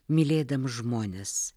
mylėdams žmones